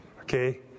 Okay